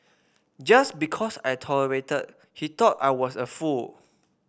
just because I tolerated he thought I was a fool